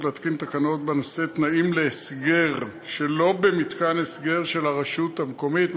להתקין תקנות בנושא תנאים להסגר שלא במתקן הסגר של הרשות המקומית,